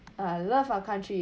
uh love our country